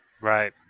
Right